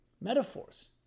metaphors